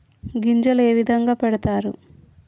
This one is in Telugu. గింజలు ఏ విధంగా పెడతారు?